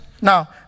Now